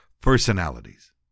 personalities